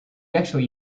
actually